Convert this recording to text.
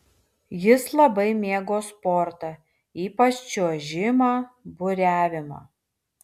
jis labai mėgo sportą ypač čiuožimą buriavimą